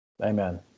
Amen